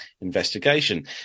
investigation